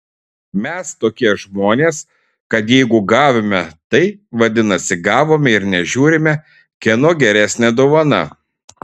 mes tokie žmonės kad jeigu gavome tai vadinasi gavome ir nežiūrime kieno geresnė dovana